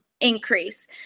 increase